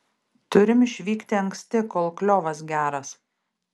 turim išvykti anksti kol kliovas geras